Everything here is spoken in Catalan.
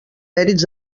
mèrits